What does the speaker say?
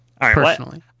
personally